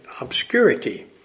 obscurity